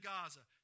Gaza